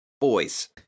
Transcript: boys